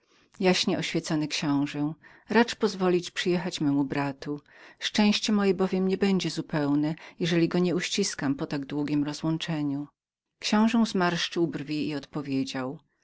jaśnie oświecony książe racz pozwolić przyjechać memu bratu szczęście moje bowiem nie będzie zupełnem jeżeli go nie uściskam po tak długiem rozłączeniu książe zmarszczył brwi i odpowiedział